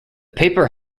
paper